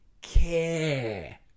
care